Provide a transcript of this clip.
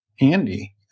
Andy